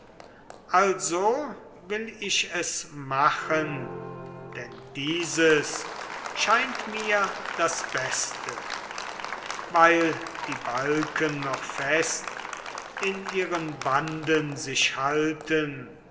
also will ich es machen denn dieses scheint mir das beste weil die balken noch fest in ihren banden sich halten